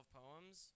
poems